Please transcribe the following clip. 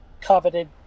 coveted